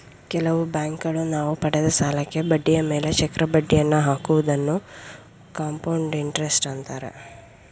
ಕೆಲವು ಬ್ಯಾಂಕುಗಳು ನಾವು ಪಡೆದ ಸಾಲಕ್ಕೆ ಬಡ್ಡಿಯ ಮೇಲೆ ಚಕ್ರ ಬಡ್ಡಿಯನ್ನು ಹಾಕುವುದನ್ನು ಕಂಪೌಂಡ್ ಇಂಟರೆಸ್ಟ್ ಅಂತಾರೆ